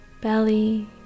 belly